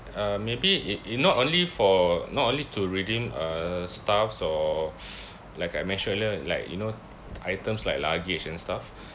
um maybe it it not only for not only to redeem uh stuffs or like I mentioned earlier like you know items like luggage and stuff